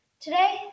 Today